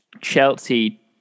Chelsea